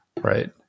right